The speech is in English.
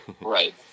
Right